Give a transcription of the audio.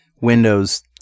Windows